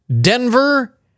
Denver